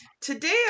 Today